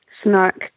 snark